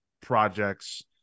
projects